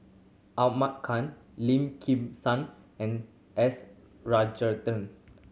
Ahmad Khan Lim Kim San and S